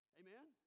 amen